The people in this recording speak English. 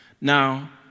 Now